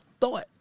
thought